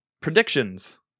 Predictions